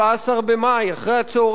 17 במאי אחר-הצהריים: